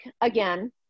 again